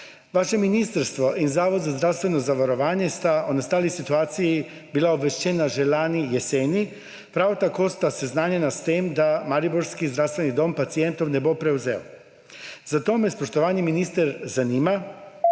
Vaše ministrstvo in Zavod za zdravstveno zavarovanje sta o nastali situaciji bila obveščena že lani jeseni, prav tako sta seznanjena s tem, da mariborski zdravstveni dom pacientov ne bo prevzel. Zato me, spoštovani minister, zanima: